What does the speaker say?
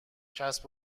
کسب